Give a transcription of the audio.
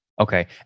Okay